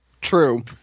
True